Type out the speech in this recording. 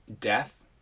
death